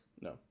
No